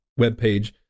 webpage